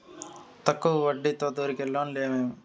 తక్కువ వడ్డీ తో దొరికే లోన్లు ఏమేమీ?